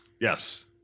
Yes